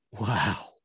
Wow